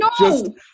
no